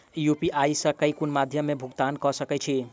UPI सऽ केँ कुन मध्यमे मे भुगतान कऽ सकय छी?